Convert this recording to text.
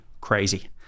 crazy